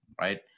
right